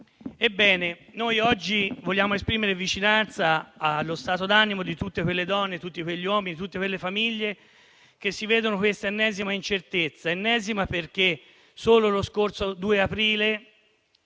Ebbene, noi oggi vogliamo esprimere vicinanza allo stato d'animo di tutte quelle donne, tutti quegli uomini, tutte quelle famiglie, che vivono questa ennesima incertezza. Ennesima perché, solo lo scorso 2 aprile,